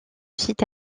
site